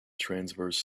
transverse